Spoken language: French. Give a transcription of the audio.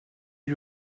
lui